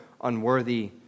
unworthy